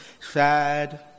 sad